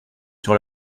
sur